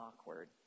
awkward